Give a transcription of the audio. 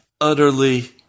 utterly